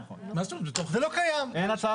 נכון, אין הצעה כזאת.